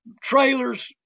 trailers